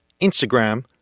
Instagram